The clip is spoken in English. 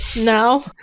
No